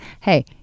hey